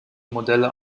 modelle